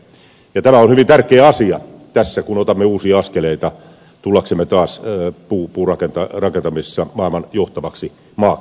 tämä on hyvin tärkeä asia tässä kun otamme uusia askeleita tullaksemme taas puurakentamisessa maailman johtavaksi maaksi